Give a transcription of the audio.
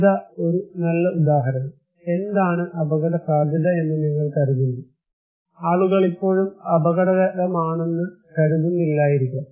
ഇതാ ഒരു നല്ല ഉദാഹരണം എന്താണ് അപകടസാധ്യത എന്ന് നിങ്ങൾ കരുതുന്നു ആളുകൾ ഇപ്പോഴും അപകടകരമാണെന്ന് കരുതുന്നില്ലായിരിക്കാം